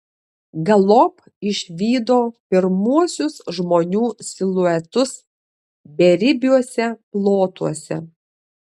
galop išvydo pirmuosius žmonių siluetus beribiuose plotuose